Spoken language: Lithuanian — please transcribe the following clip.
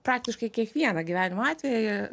praktiškai kiekvieną gyvenimo atvejį